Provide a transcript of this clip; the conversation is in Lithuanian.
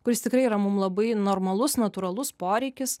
kuris tikrai yra mums labai normalus natūralus poreikis